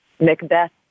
Macbeth